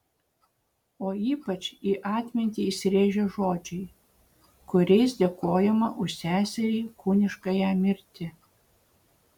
o ypač į atmintį įsirėžia žodžiai kuriais dėkojama už seserį kūniškąją mirtį